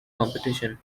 competition